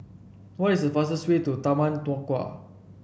what is the fastest way to Taman Nakhoda